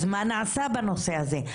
אז מה נעשה בנושא הזה?